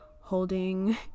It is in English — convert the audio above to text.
holding